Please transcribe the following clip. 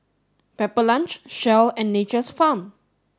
Pepper Lunch Shell and Nature's Farm